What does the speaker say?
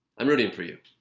i'm rooting for you.